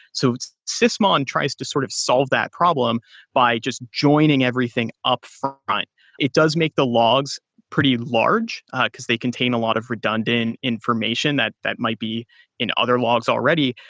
so sysmon tries to sort of solve that problem by just joining everything upfront. it does make the logs pretty large because they contain a lot of redundant information that that might be in other logs already,